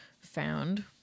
found